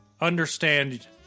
understand